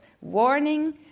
warning